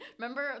remember